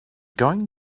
going